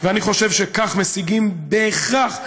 ואני חושב שכך משיגים בהכרח,